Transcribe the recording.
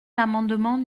l’amendement